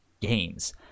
games